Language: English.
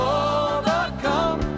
overcome